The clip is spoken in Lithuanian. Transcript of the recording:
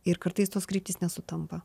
ir kartais tos kryptys nesutampa